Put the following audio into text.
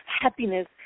happiness